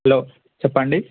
hello చెప్పండి